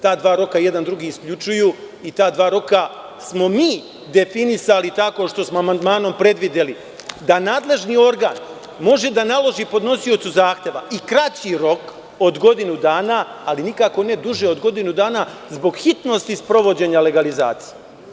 Ta dva roka jedan drugog isključuju i ta dva roka smo mi definisali tako što smo amandmanom predvideli da nadležni organ može da naloži podnosiocu zahteva i kraći rok od godinu dana, ali nikako ne duži od godinu dana, zbog hitnosti sprovođenja legalizacije.